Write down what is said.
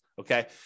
okay